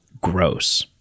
Gross